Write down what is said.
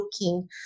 looking